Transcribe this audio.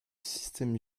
système